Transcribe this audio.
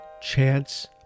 Chance